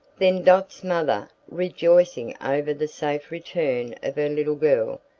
then dot's mother, rejoicing over the safe return of her little girl,